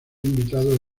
invitados